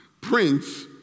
Prince